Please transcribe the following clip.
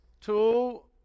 two